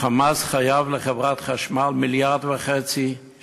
ה"חמאס" חייב לחברת חשמל 1.5 מיליארד שקל,